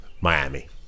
Miami